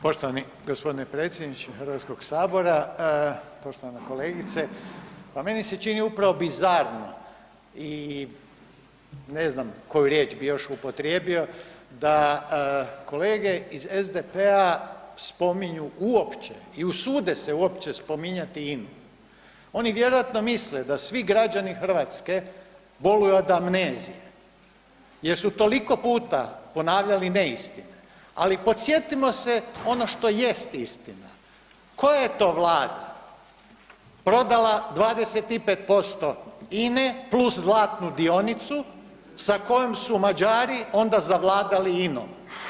Poštovani gospodine predsjedniče Hrvatskog sabora, poštovana kolegice, pa meni se čini upravo bizarnim i ne znam koju riječ bi još upotrijebio da kolege iz SDP-a spominju uopće i usude se uopće spominjati ime, oni vjerojatno misle da svi građani hrvatske boluju od amnezije jer su toliko puta ponavljali neistine, ali podsjetimo se ono što jest istina, koja je to vlada prodala 25% INE plus zlatnu dionicu sa kojom su Mađari onda zavladali INOM.